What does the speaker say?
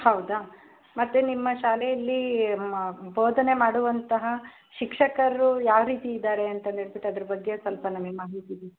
ಹೌದಾ ಮತ್ತೆ ನಿಮ್ಮ ಶಾಲೆಯಲ್ಲಿ ಮ ಬೋಧನೆ ಮಾಡುವಂತಹ ಶಿಕ್ಷಕರು ಯಾವ ರೀತಿ ಇದ್ದಾರೆ ಅಂತಂದ್ಬಿಟ್ ಅದ್ರ ಬಗ್ಗೆ ಸ್ವಲ್ಪ ನಮಗ್ ಮಾಹಿತಿ ಬೇಕು